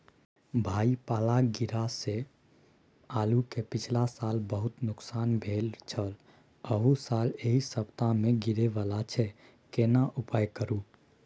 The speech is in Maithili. भाई पाला गिरा से आलू के पिछला साल बहुत नुकसान भेल छल अहू साल एहि सप्ताह में गिरे वाला छैय केना उपाय करू?